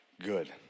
Good